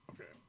Okay